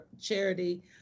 Charity